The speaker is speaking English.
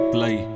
Play